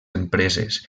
empreses